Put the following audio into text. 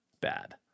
Bad